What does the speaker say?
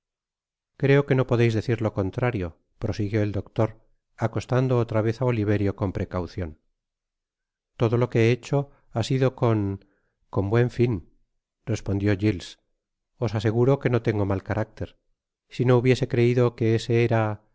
creo que no podeis decir lo contrario prosiguió el doctor acostando otra vez á oliverio oon precaucion todo lo que he hecho lia sido con con buen fin respondió giles os aseguro que no tengo mal carácter si no hubiese creido que ese era